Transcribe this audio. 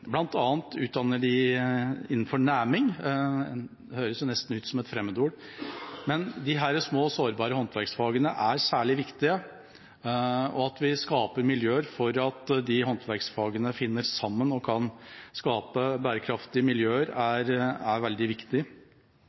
bl.a. utdanner de innenfor næming – det høres nesten ut som et fremmedord. Disse små og sårbare håndverksfagene er særlig viktige, og at vi skaper miljøer for at disse håndverksfagene finner sammen og kan skape bærekraftige miljøer, er veldig viktig.